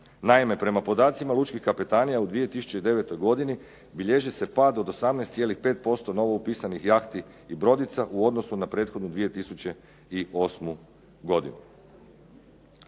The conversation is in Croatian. Naime, prema podacima lučkih kapetanija u 2009. godini bilježi se pad od 18,5% novo upisanih jahti i brodica u odnosu na prethodnu 2008. godinu.